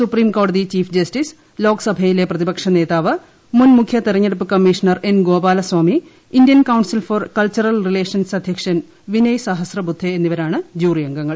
സുപ്രീംകോടതി chief justice ലോക്സഭയിലെ പ്രതിപക്ഷ നേതാവ് മുൻ മുഖ്യതെരഞ്ഞെടുപ്പ് commissioner N Gopalaswami Indian council for cultural relations അധ്യക്ഷൻ വിനയ് സഹസ്രബുദ്ധേ എന്നിവരാണ് ജൂറി അംഗങ്ങൾ